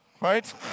Right